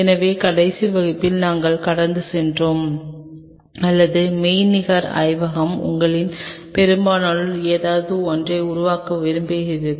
எனவே கடைசி வகுப்பில் நாங்கள் கடந்து சென்றோம் அல்லது மெய்நிகர் ஆய்வகம் உங்களில் பெரும்பாலோர் ஏதாவது ஒன்றை உருவாக்க விரும்புகிறேன்